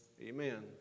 Amen